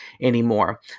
anymore